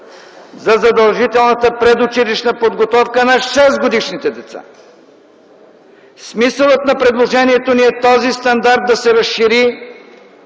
за задължителната предучилищна подготовка на 6-годишните деца. Смисълът на предложението ни е: този стандарт да се разшири